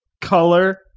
color